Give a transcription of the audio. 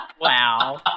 Wow